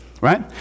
right